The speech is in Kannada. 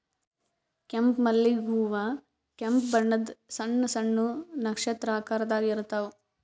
ಕೆಂಪ್ ಮಲ್ಲಿಗ್ ಹೂವಾ ಕೆಂಪ್ ಬಣ್ಣದ್ ಸಣ್ಣ್ ಸಣ್ಣು ನಕ್ಷತ್ರ ಆಕಾರದಾಗ್ ಇರ್ತವ್